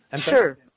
Sure